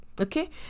okay